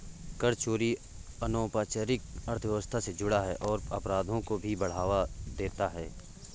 कर चोरी अनौपचारिक अर्थव्यवस्था से जुड़ा है और अपराधों को भी बढ़ावा देता है